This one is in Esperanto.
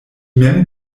mem